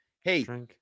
Hey